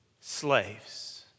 slaves